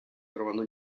trovano